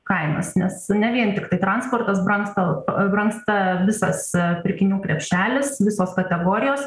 kainas nes ne vien tiktai transportas brangsta o brangsta visas pirkinių krepšelis visos kategorijos